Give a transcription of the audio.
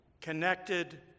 connected